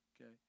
Okay